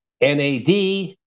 NAD